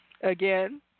again